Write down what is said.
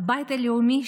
הבית הלאומי,